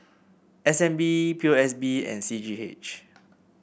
S N B P O S B and C G H